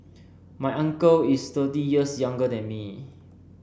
my uncle is thirty years younger than me